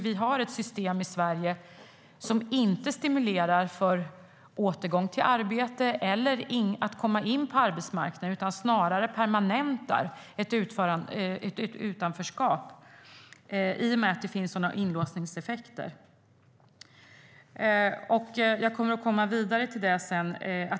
Vi har ett system i Sverige som inte stimulerar till återgång till arbete eller inträde på arbetsmarknaden, utan snarare permanentar utanförskapet i och med dessa inlåsningseffekter. Jag kommer vidare till det sedan.